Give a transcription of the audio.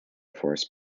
force